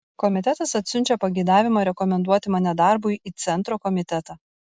komitetas atsiunčia pageidavimą rekomenduoti mane darbui į centro komitetą